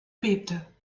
bebte